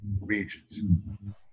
regions